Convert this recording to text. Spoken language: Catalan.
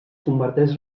converteix